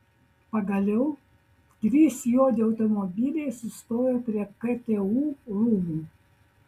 pagaliau trys juodi automobiliai sustojo prie ktu rūmų